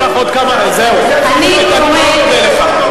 השר ארדן, אני מאוד מודה לך.